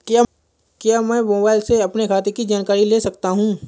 क्या मैं मोबाइल से अपने खाते की जानकारी ले सकता हूँ?